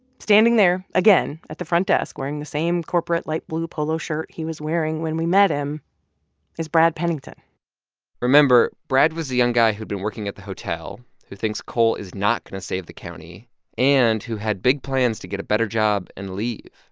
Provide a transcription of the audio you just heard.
standing there again at the front desk, wearing the same corporate, light blue polo shirt he was wearing when we met him is brad pennington remember brad was the young guy who had been working at the hotel who thinks coal is not going to save the county and who had big plans to get a better job and leave.